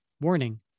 warning